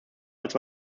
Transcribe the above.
als